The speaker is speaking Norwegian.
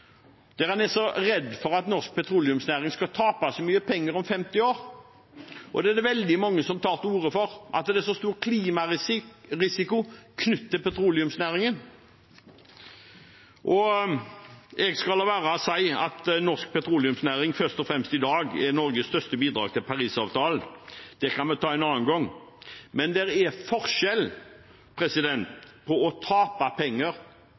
der han er så redd for at norsk petroleumsnæring skal tape mye penger om 50 år. Og det er veldig mange som tar til orde for at det er så stor klimarisiko knyttet til petroleumsnæringen. Jeg skal la være å si at norsk petroleumsnæring i dag først og fremst er Norges største bidrag til Parisavtalen, det kan vi ta en annen gang, men det er forskjell på å tape penger